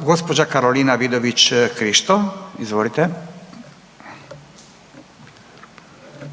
Gospođa Karolina Vidović Krišto, izvolite.